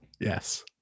yes